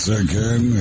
again